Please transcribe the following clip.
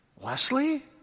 Wesley